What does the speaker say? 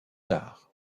d’art